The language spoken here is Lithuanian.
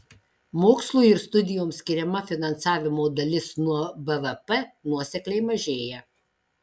mokslui ir studijoms skiriama finansavimo dalis nuo bvp nuosekliai mažėja